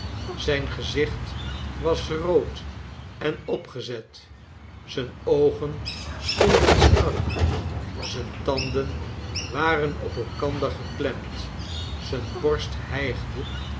zijn gezicht was rood en opgezet zijne oogen stonden strak zijne tanden waren op elkander geklemd zijne borst hijgde